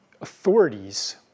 authorities